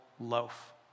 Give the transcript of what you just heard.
loaf